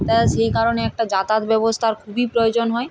তা সেই কারণে একটা যাতায়াত ব্যবস্থার খুবই প্রয়োজন হয়